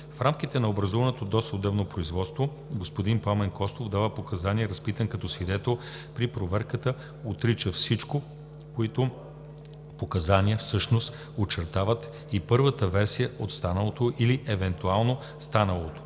В рамките на образуваното досъдебно производство господин Пламен Костов дава показания, разпитан е като свидетел, при проверката отрича всичко, които показания всъщност очертават и първата версия от станалото или евентуално станалото.